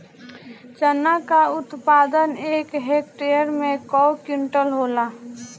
चना क उत्पादन एक हेक्टेयर में कव क्विंटल होला?